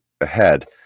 ahead